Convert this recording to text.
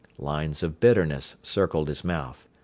lines of bitterness circled his mouth.